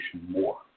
more